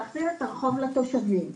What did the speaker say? להחזיר את הרחוב לתושבים.